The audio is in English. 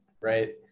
right